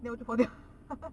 then 跑掉